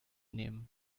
nehmen